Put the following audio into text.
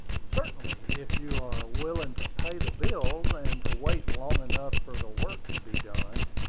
certainly, if you are willing to pay the bills and to wait long enough for the work to be done.